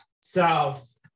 south